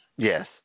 Yes